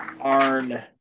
Arn